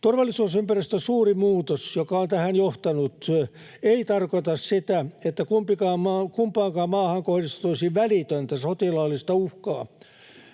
Turvallisuusympäristön suuri muutos, joka on tähän johtanut, ei tarkoita sitä, että kumpaankaan maahan kohdistuisi välitöntä sotilaallista uhkaa.